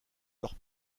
leurs